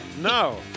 No